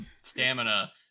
stamina